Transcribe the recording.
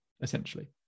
essentially